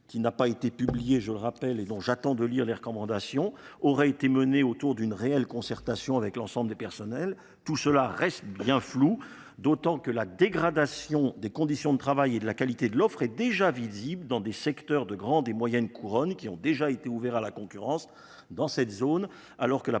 qui n’a pas été publiée, je le rappelle, et dont j’attends de lire les recommandations, aurait été menée autour d’une réelle concertation avec l’ensemble des personnels. Mais tout cela est bien flou, d’autant que la dégradation des conditions de travail et de la qualité de l’offre est déjà visible dans des secteurs de grande et moyenne couronnes ouverts à la concurrence. Dans ces zones, alors que la